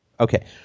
Okay